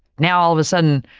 now all of a sudden,